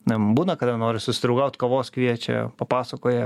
na būna kada nori susidraugaut kavos kviečia papasakoja